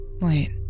Wait